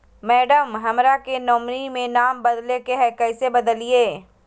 madam, हमरा के nominee में नाम बदले के हैं, कैसे बदलिए